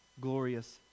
glorious